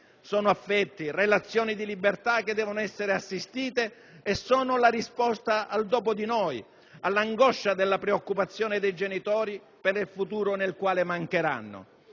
Sono affetti, relazioni di libertà che devono essere assistite e sono la risposta al «dopo di noi», all'angoscia della preoccupazione dei genitori per il futuro nel quale mancheranno.